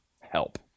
help